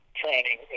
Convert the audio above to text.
training